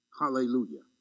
Hallelujah